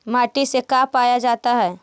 माटी से का पाया जाता है?